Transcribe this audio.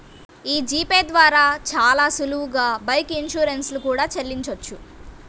యీ G Pay ద్వారా చానా సులువుగా బైక్ ఇన్సూరెన్స్ లు కూడా చెల్లించొచ్చు